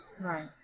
Right